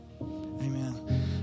Amen